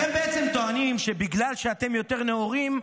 אתם בעצם טוענים שבגלל שאתם יותר נאורים,